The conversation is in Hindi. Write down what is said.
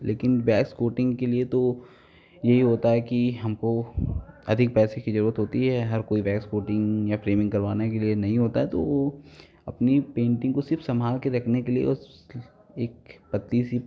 लेकिन वैक्स कोटिंग के लिए तो यही होता है कि हमको अधिक पैसे की जरूरत होती है हर कोई वैक्स कोटिंग या फ़्रेमिंग करवाने के लिए नहीं होता है तो ओ अपनी पेन्टिंग को सिर्फ संभाल के रखने के लिए उस एक पतली सी